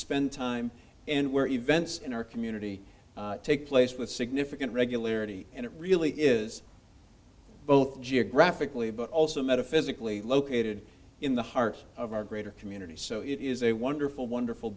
spend time and where events in our community take place with significant regularity and it really is both geographically but also metaphysically located in the heart of our greater community so it is a wonderful wonderful